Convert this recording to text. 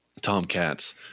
Tomcats